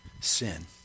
sin